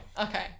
Okay